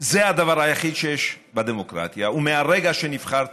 זה הדבר היחיד שיש בדמוקרטיה, ומהרגע שנבחרת